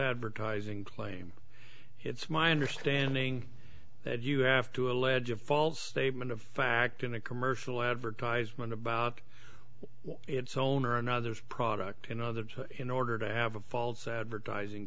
advertising claim it's my understanding that you have to allege a false statement of fact in a commercial advertisement about its owner and others product in others in order to have a false advertising